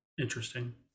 interesting